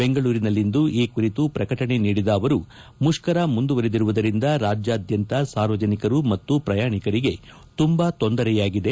ಬೆಂಗಳೂರಿನಲ್ಲಿಂದು ಈ ಕುರಿತು ಪ್ರಕಟಣೆ ನೀಡಿದ ಅವರು ಮುಷ್ಕರ ಮುಂದುವರಿದಿರುವುದರಿಂದ ರಾಜ್ಯಾದ್ಯಂತ ಸಾರ್ವಜನಿಕರು ಮತ್ತು ಪ್ರಯಾಣಿಕರಿಗೆ ಕುಂಬಾ ತೊಂದರೆಯಾಗಿದೆ